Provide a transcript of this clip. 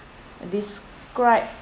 describe